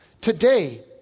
Today